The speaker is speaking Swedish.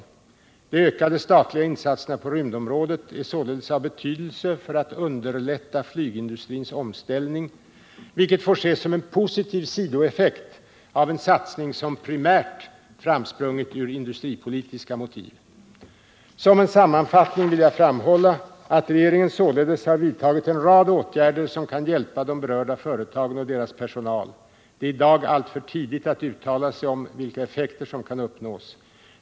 De ökade statliga insatserna på rymdområdet är således av betydelse för att underlätta flygindustrins omställning, vilket får ses som en positiv sidoeffekt av en satsning som primärt framsprungit ur industripolitiska motiv. Som en sammanfattning vill jag framhålla att regeringen således har vidtagit en rad åtgärder som kan hjälpa de berörda företagen och deras personal. Det är i dag alltför tidigt att uttala sig om vilka effekter som kan uppnås.